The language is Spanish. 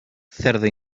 cerdo